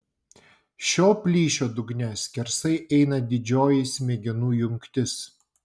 šio plyšio dugne skersai eina didžioji smegenų jungtis